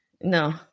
no